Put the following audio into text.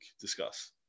discuss